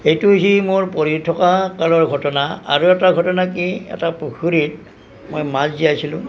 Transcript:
এইটো হৈছে মোৰ পঢ়ি থকা কালৰ ঘটনা আৰু এটা ঘটনা কি এটা পুখুৰীত মই মাছ জীয়াইছিলো